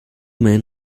men